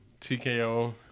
TKO